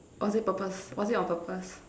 was it purpose was it on purpose